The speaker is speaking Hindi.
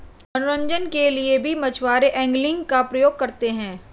मनोरंजन के लिए भी मछुआरे एंगलिंग का प्रयोग करते हैं